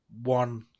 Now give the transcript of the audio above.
one